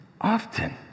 Often